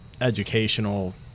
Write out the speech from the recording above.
educational